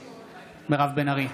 בעד מירב בן ארי,